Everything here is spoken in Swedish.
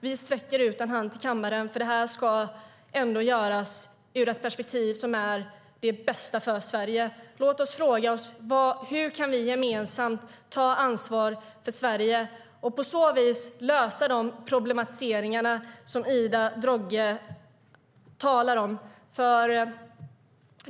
Vi sträcker ut en hand till kammaren, för det här ska ändå göras ur det perspektiv som är bäst för Sverige. Låt oss fråga oss: Hur kan vi gemensamt ta ansvar för Sverige och på så vis lösa de problem som Ida Drougge talar om?